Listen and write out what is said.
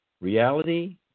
Reality